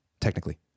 technically